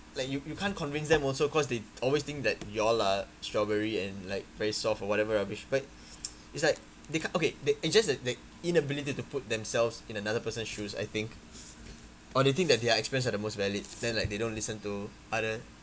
like you you can't convince them also because they always think that we all are strawberry and like very soft or whatever rubbish but it's like they can't okay they it's just the the inability to put themselves in another person's shoes I think or they think that their experience are the most valid then like they don't listen to other